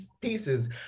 pieces